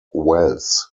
wells